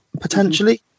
potentially